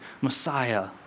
Messiah